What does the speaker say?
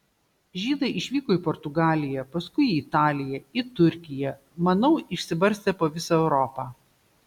žydai išvyko į portugaliją paskui į italiją į turkiją manau išsibarstė po visą europą